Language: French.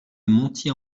montier